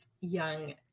young